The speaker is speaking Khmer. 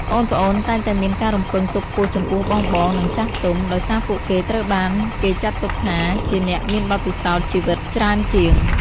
ប្អូនៗតែងតែមានការរំពឹងទុកខ្ពស់ចំពោះបងៗ និងចាស់ទុំ ដោយសារពួកគេត្រូវបានគេចាត់ទុកថាជាអ្នកមានបទពិសោធន៍ជីវិតច្រើនជាង។